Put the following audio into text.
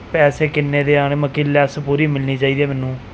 ਪੈਸੇ ਕਿੰਨੇ ਦੇ ਆਉਣੇ ਮਤਲਬ ਕਿ ਲੈਸ ਪੂਰੀ ਮਿਲਣੀ ਚਾਹੀਦੀ ਹੈ ਮੈਨੂੰ